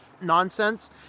nonsense